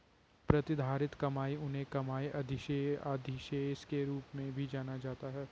प्रतिधारित कमाई उन्हें कमाई अधिशेष के रूप में भी जाना जाता है